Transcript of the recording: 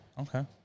Okay